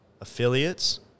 affiliates